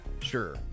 sure